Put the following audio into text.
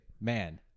Man